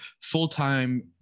full-time